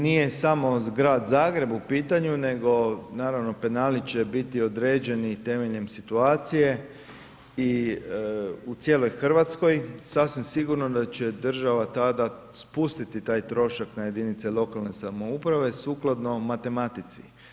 Nije samo grad Zagreb u pitanju nego naravno penali će biti određeni temeljem situacije i u cijeloj Hrvatskoj sasvim sigurno da će država tada spustiti taj trošak na jedinice lokalne samouprave sukladno matematici.